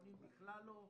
התיכונים בכלל לא,